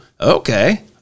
okay